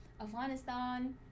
Afghanistan